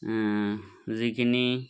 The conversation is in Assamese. যিখিনি